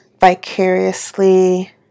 vicariously